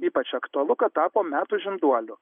ypač aktualu kad tapo metų žinduoliu